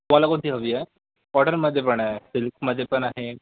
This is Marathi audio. तुम्हाला कोणती हवी आहे मॉडर्नमध्ये पण आहे सिल्कमध्ये पण आहे